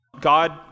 God